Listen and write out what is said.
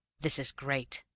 this is great!